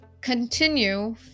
continue